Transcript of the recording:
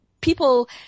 people